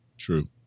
True